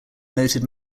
noted